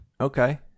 Okay